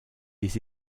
des